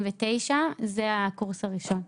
זה הקורס הראשון.